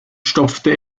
stopfte